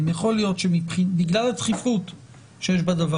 כך שזה קצת מקשה על ההסתכלות על הקבוצה הזאת.